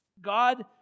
God